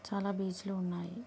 చాలా బీచులు ఉన్నాయి